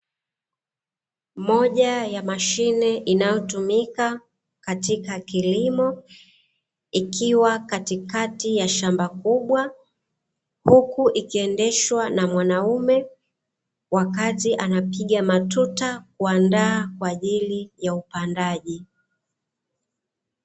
Moja ya mashine inayotumika katika kilimo, ikiwa katika ya shamba kubwa. Huku likiendeshwa na mwanaume, wakati anapiga matuta kuandaa, kwa ajili ya upandaji.